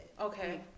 Okay